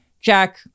Jack